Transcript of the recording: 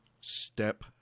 step